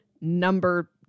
number